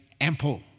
ample